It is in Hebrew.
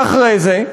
ואחרי זה,